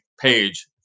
page